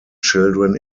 children